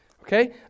okay